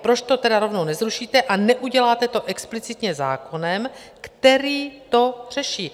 Proč to rovnou nezrušíte a neuděláte to explicitně zákonem, který to řeší?